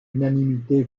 unanimité